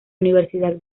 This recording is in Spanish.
universidad